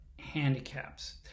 handicaps